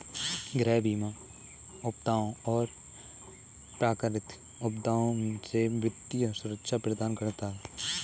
गृह बीमा आपदाओं और प्राकृतिक आपदाओं से वित्तीय सुरक्षा प्रदान करता है